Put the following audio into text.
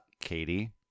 Katie